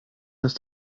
dass